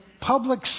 public